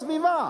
בסביבה,